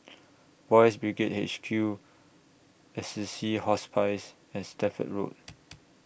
Boys' Brigade H Q Assisi Hospice and Stamford Road